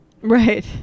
Right